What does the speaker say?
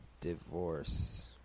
divorce